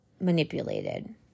manipulated